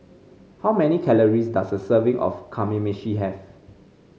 how many calories does a serving of Kamameshi have